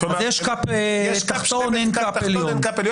יש קאפ תחתון, לא עליון.